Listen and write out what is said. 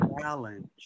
challenge